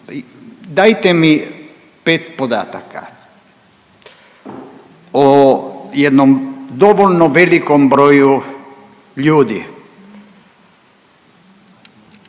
Dajte mi 5 podataka o jednom dovoljno velikom broju ljudi,